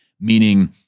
meaning